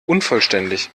unvollständig